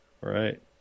Right